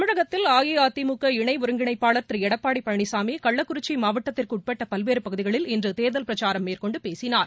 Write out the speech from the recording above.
தமிழகத்தில் அஇஅதிமுக இணை ஒருங்கிணைப்பாளர் திரு எடப்பாடி பழனிசாமி கள்ளக்குறிச்சி மாவட்டத்திற்கு உட்பட்ட பல்வேறு பகுதிகளில் இன்று தேர்தல் பிரச்சாரம் மேற்கொண்டு பேசினார்